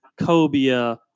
Cobia